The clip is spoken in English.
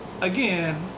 again